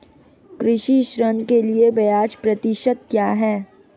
कृषि ऋण के लिए ब्याज प्रतिशत क्या है?